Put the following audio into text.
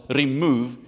remove